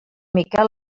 miquel